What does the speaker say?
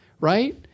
right